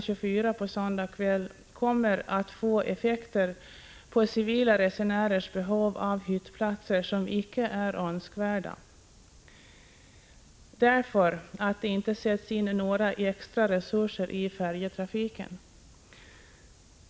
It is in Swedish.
24 på söndag kväll kommer att få icke önskvärda effekter på civila resenärers behov av hyttplatser, eftersom det inte sätts in några extra resurser i färjetrafiken.